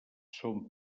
són